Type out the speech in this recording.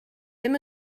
ddim